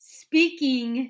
speaking